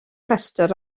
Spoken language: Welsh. rhestr